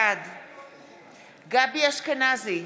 בעד גבי אשכנזי,